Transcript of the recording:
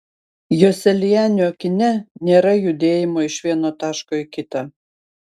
joselianio kine nėra judėjimo iš vieno taško į kitą